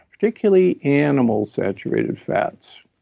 particularly animal saturated fats